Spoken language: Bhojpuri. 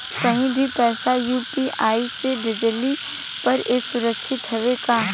कहि भी पैसा यू.पी.आई से भेजली पर ए सुरक्षित हवे का?